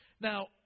Now